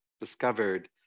discovered